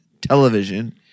television